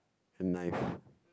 and knife